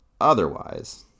otherwise